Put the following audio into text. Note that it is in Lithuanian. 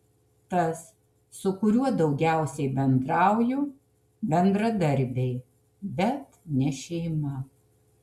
tas su kuriuo daugiausiai bendrauju bendradarbiai bet ne šeima